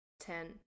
ten